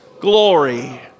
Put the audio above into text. glory